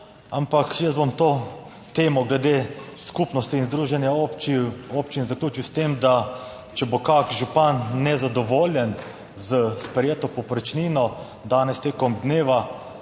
ampak jaz bom to temo glede skupnosti in združenja občin zaključil s tem, da če bo kak župan nezadovoljen s sprejeto povprečnino danes tekom dneva